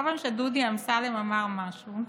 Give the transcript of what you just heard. כל פעם שדודי אמסלם אמר משהו,